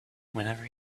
whenever